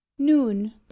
noon